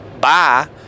bye